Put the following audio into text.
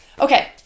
Okay